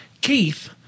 Keith